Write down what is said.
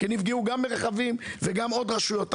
כי נפגעו גם מרחבים ועוד רשויות אחרות.